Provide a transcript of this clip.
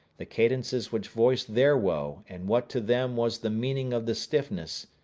the cadences which voiced their woe and what to them was the meaning of the stiffness,